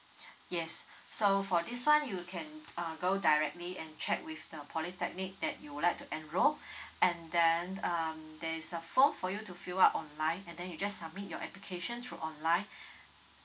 yes so for this one you can uh go directly and check with the polytechnic that you would like to enrol and then um there is a form for you to fill up online and then you just submit your application through online